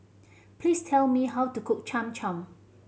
please tell me how to cook Cham Cham